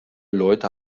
leute